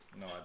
No